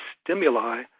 stimuli